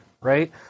right